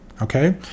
Okay